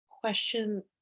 question